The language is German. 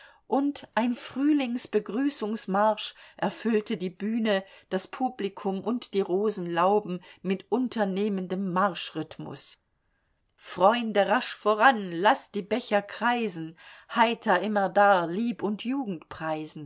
und ein frühlings begrüßungsmarsch erfüllte die bühne das publikum und die rosenlauben mit unternehmendem marschrhythmus freunde rasch voran laßt die becher kreisen heiter immerdar lieb und